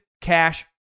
Cash